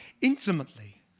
intimately